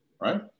Right